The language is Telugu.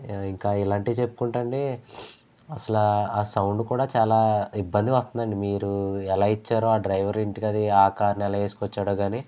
ఇంకా ఇలాంటివి చెప్పుకుంటే అండి అస్సలు ఆ సౌండ్ కూడా చాలా ఇబ్బంది వస్తుందండి మీరు ఎలా ఇచ్చారు ఆ డ్రైవర్ ఇంటికి ఆ కారు ను ఎలా ఏసుకొచ్చాడో కాని